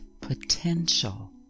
potential